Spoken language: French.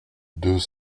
deux